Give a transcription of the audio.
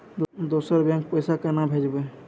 दोसर बैंक पैसा केना भेजबै?